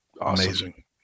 amazing